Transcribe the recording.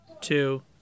two